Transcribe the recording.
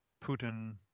Putin